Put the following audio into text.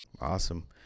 Awesome